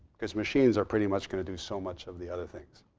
because machines are pretty much going to do so much of the other things.